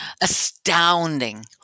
astounding